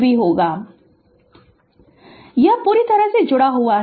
Refer Slide Time 1753 यह पूरी तरह से जुड़ा हुआ है